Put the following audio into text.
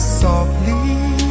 softly